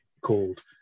called